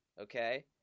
okay